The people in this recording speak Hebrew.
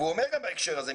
הוא עומד על ההקשר הזה.